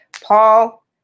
Paul